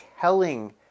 telling